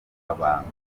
abantu